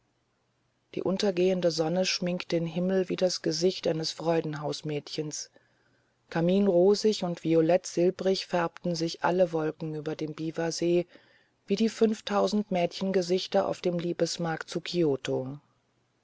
die untergehende sonne schminkte den himmel wie das gesicht eines freudenmädchens karminrosig und violett silbrig färbten sich alle wolken über dem biwasee wie die fünftausend mädchengesichter auf dem liebesmarkt zu